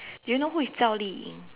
do you know is Zhao-Li-Ying